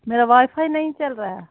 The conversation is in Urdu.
میرا وائی فائی نہیں چل رہا ہے